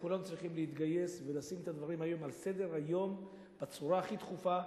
כולם צריכים להתגייס ולשים את הדברים על סדר-היום בצורה הכי דחופה,